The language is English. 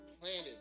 planted